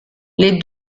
les